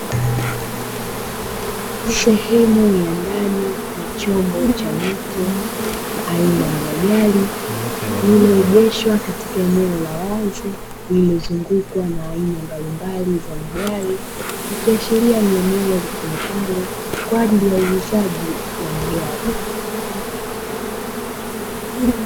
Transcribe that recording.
Sehemu ya ndani ya chombo chamtu, aina ya gari lililoegeshwa katika eneo la wazi ililozungukwa na aina mbalimbali za magari ikiashiria ni eneo litumikalo kwa ajili ya uuzaji wa magari.